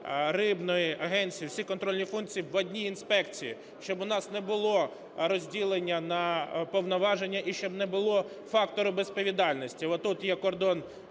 рибної агенції – всі контрольні функції в одній інспекції. Щоб у нас було розділення на повноваження і щоб не було фактору безвідповідальності: